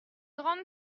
grande